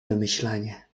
wymyślanie